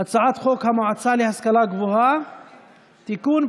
הצעת חוק המועצה להשכלה גבוהה (תיקון,